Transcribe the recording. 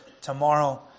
tomorrow